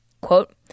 Quote